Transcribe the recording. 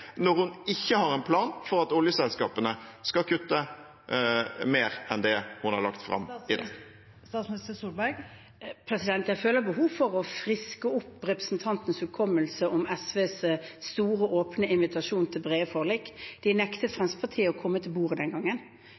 når hun ikke har en plan for at oljeselskapene skal kutte mer enn det hun har lagt fram? Jeg føler behov for å friske opp representantens hukommelse om SVs store, åpne invitasjon til brede forlik. De nektet Fremskrittspartiet å komme til bordet den gangen.